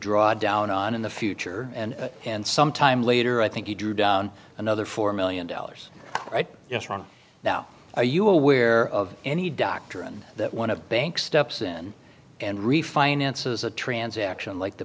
draw down on in the future and some time later i think he drew down another four million dollars right now are you aware of any doctrine that one of the banks steps in and refinances a transaction like the